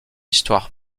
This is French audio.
histoire